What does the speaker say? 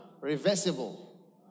Reversible